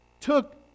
took